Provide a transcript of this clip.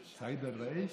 סייד א-ראיס?